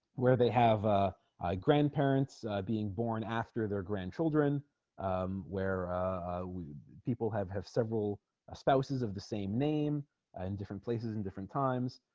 where they have ah ah grandparents being born after their grandchildren um where people have have several spouses of the same name and different places in different times